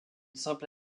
simple